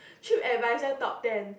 trip advisor top ten